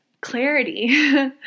clarity